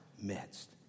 midst